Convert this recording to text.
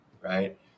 Right